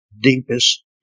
deepest